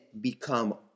become